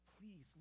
Please